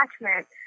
attachment